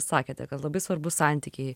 sakėte kad labai svarbu santykiai